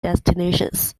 destinations